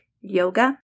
yoga